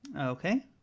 Okay